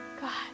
God